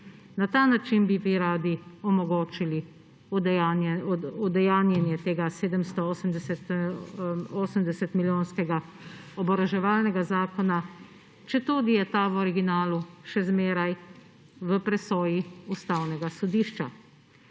Na ta način bi vi radi omogočili udejanjenje tega 780-milijonskega oboroževalnega zakona, četudi je ta v originalu še zmeraj v presoji Ustavnega sodišča.